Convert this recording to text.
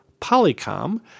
Polycom